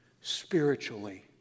spiritually